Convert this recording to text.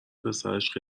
پسرش